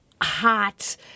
hot